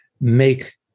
make